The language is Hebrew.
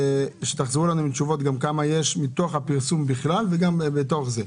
שתחזרו אלינו עם תשובות כמה יש מתוך הפרסום בכלל ובתוך זה.